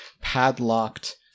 padlocked